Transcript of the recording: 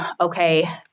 okay